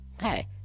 hey